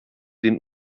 den